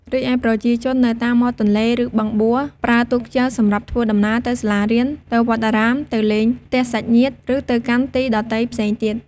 រីឯប្រជាជននៅតាមមាត់ទន្លេ ឬបឹងបួប្រើទូកចែវសម្រាប់ធ្វើដំណើរទៅសាលារៀន ទៅវត្តអារាម ទៅលេងផ្ទះសាច់ញាតិ ឬទៅកាន់ទីដទៃផ្សេងទៀត។